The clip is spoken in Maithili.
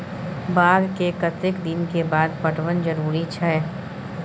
बाग के कतेक दिन के बाद पटवन जरूरी छै?